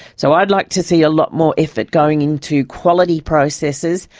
so i'd like to see a lot more effort going into quality processes,